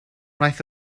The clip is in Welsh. wnaeth